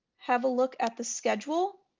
have a look at the schedule,